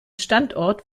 standort